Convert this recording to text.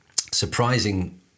surprising